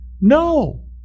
no